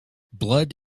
blood